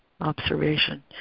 observation